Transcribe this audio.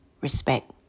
respect